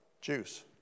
Juice